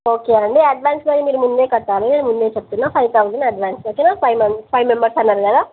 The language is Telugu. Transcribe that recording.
ఓకే అండి అడ్వాన్స్ కానీ మీరు ముందే కట్టాలి నేను ముందే చెప్తున్నా ఫైవ్ థౌజండ్ అడ్వాన్సు ఓకేనా ఫైవ్ మెంబర్స్ అన్నారు కదా